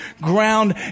ground